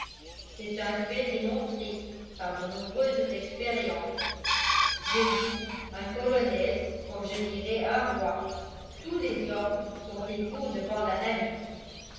c'est un fait démontré par de nombreuses expériences je dis un colonel comme je dirais un roi tous les hommes sont égaux devant l'analyse